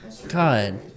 God